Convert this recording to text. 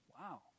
Wow